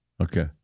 Okay